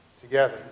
together